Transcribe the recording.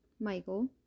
michael